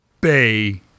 Bay